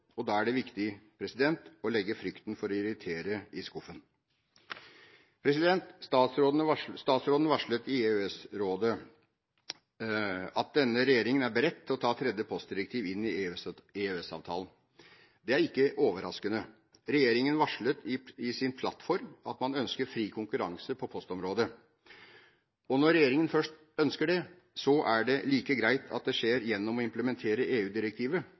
Da er det viktig å legge frykten for å irritere i skuffen. Statsråden varslet i EØS-rådet at denne regjeringen er beredt til å ta det tredje postdirektivet inn i EØS-avtalen. Det er ikke overraskende. Regjeringen varslet i sin plattform at man ønsker fri konkurranse på området. Når regjeringen først ønsker det, er det like greit at det skjer gjennom å implementere